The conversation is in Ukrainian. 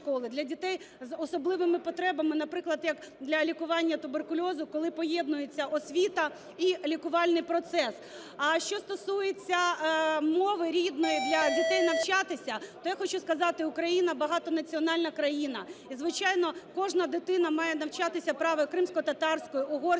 для дітей з особливими потребами, наприклад, як для лікування туберкульозу, коли поєднується освіта і лікувальний процес. А що стосується мови рідної для дітей навчатися, то я хочу сказати, Україна – багатонаціональна країна, і, звичайно, кожна дитина має право навчатися кримськотатарською, угорською